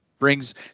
brings